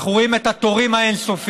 אנחנו רואים את התורים האין-סופיים,